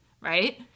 right